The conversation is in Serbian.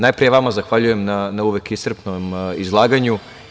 Najpre, vama zahvaljujem na uvek iscrpnom izlaganju.